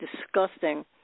disgusting